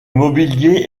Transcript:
mobilier